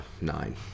nine